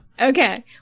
Okay